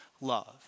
love